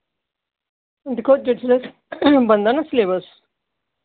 दिक्खो जिसलै बनदा ना सलेबस